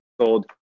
sold